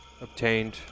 obtained